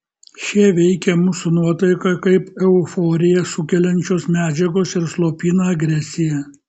šie veikia mūsų nuotaiką kaip euforiją sukeliančios medžiagos ir slopina agresiją